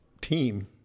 team